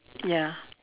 ya